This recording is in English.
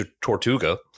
Tortuga